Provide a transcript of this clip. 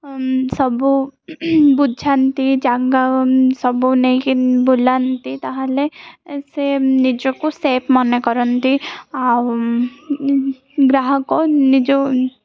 ସବୁ ବୁଝାନ୍ତି ଜାଗା ସବୁ ନେଇକି ବୁଲାନ୍ତି ତା'ହେଲେ ସେ ନିଜକୁ ସେଫ ମନେ କରନ୍ତି ଆଉ ଗ୍ରାହକ ନିଜ